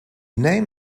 name